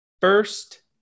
first